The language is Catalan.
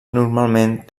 normalment